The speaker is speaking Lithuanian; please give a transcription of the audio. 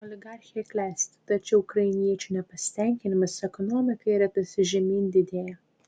oligarchija klesti tačiau ukrainiečių nepasitenkinimas ekonomikai ritantis žemyn didėja